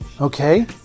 okay